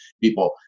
People